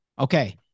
Okay